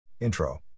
Intro